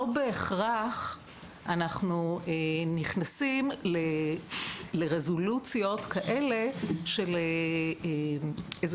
לא בהכרח אנחנו נכנסים לרזולוציות כאלה של איזה